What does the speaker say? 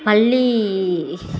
பள்ளி